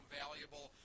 valuable